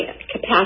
capacity